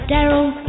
Daryl